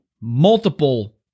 multiple